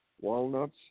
walnuts